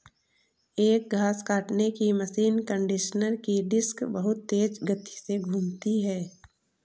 एक घास काटने की मशीन कंडीशनर की डिस्क बहुत तेज गति से घूमती है